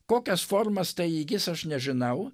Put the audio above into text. kokias formas tai įgis aš nežinau